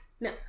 no